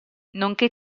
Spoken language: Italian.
nonché